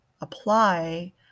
apply